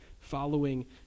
following